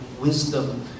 wisdom